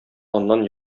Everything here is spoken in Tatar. аннан